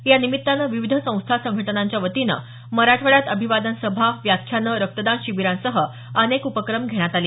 या निमित्तानं विविध संस्था संघटनांच्या वतीनं मराठवाड्यात अभिवादन सभा व्याख्यानं रक्तदान शिबीरासह अनेक उपक्रम घेण्यात आले